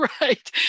right